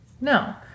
No